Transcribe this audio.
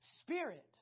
spirit